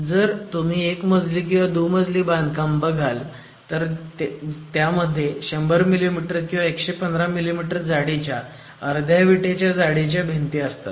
जर तुम्ही एकमजली किंवा दुमजली बांधकाम बघाल तर त्यामध्ये 100 मिमी किंवा 115 मिमी जाडीच्या अर्ध्या विटेच्या जाडीच्या भिंती असतात